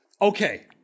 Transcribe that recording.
Okay